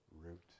root